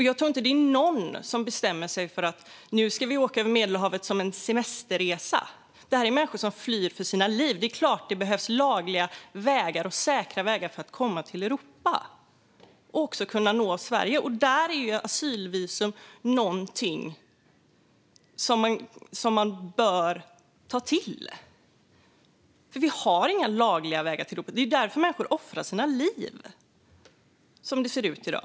Jag tror inte att det är någon som bestämmer sig för att åka över Medelhavet som en semesterresa. Det handlar om människor som flyr för sina liv. Det är klart att det behövs lagliga och säkra vägar för att komma till Europa och också kunna nå Sverige. Där är asylvisum något som man bör ta till. Vi har inga lagliga vägar till Europa. Det är därför människor offrar sina liv som det ser ut i dag.